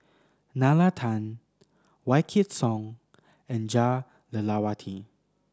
Nalla Tan Wykidd Song and Jah Lelawati